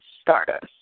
Stardust